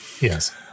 Yes